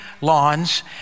lawns